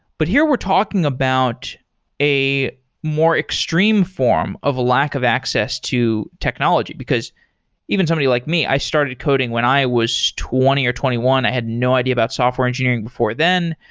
but here, we're talking about a more extreme form of a lack of access to technology, because even somebody like me, i started coding when i was twenty or twenty one. i had no idea about software engineering before then.